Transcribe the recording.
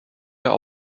der